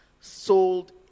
sold